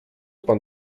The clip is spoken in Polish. pan